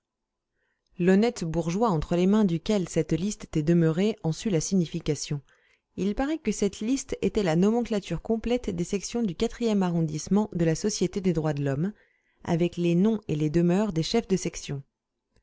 l'honnête bourgeois entre les mains duquel cette liste était demeurée en sut la signification il paraît que cette liste était la nomenclature complète des sections du quatrième arrondissement de la société des droits de l'homme avec les noms et les demeures des chefs de sections